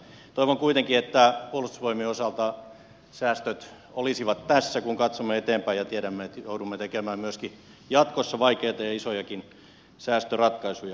toivon kuitenkin että puolustusvoimien osalta säästöt olisivat tässä kun katsomme eteenpäin ja tiedämme että joudumme tekemään myöskin jatkossa vaikeita ja isojakin säästöratkaisuja